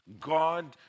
God